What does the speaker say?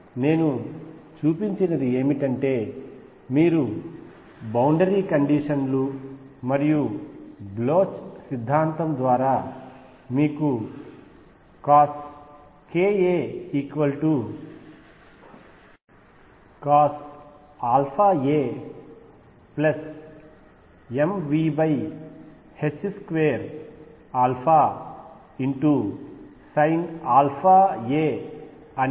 నేను చూపించినది ఏమిటంటే మీరు బౌండరీ కండిషన్లు మరియు బ్లోచ్ సిద్ధాంతం ద్వారా మీకు CoskaCosαamV2Sinαa అనే సమీకరణం వస్తుంది